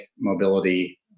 mobility